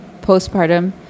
postpartum